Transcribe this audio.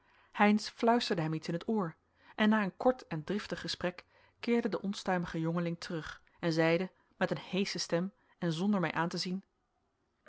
heynsz fluisterde hem iets in het oor en na een kort en driftig gesprek keerde de onstuimige jongeling terug en zeide met een heesche stem en zonder mij aan te zien